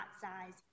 size